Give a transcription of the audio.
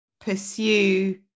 pursue